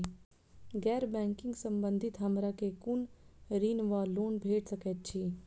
गैर बैंकिंग संबंधित हमरा केँ कुन ऋण वा लोन भेट सकैत अछि?